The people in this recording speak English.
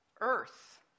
Earth